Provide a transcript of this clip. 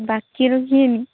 ବାକି ରଖିବେନି